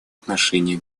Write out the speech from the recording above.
отношении